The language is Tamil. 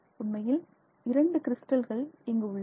உண்மையில் 2 கிறிஸ்டல்கள் இங்கு உள்ளன